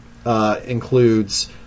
Includes